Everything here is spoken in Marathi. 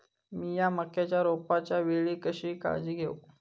मीया मक्याच्या रोपाच्या वेळी कशी काळजी घेव?